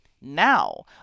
Now